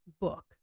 book